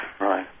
Right